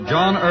John